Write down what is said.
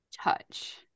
touch